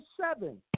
seven